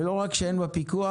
ולא רק שאין בה פיקוח,